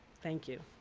thank you.